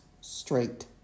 straight